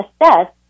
assess